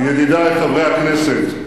ידידי חברי הכנסת,